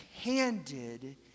candid